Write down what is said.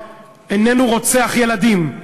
איננו רוצח ילדים.